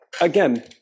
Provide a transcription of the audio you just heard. again